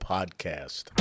Podcast